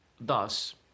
Thus